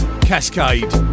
Cascade